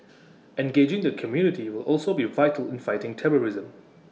engaging the community will also be vital in fighting terrorism